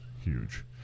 huge